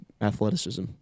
athleticism